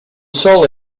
sol